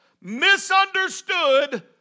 misunderstood